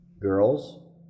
girls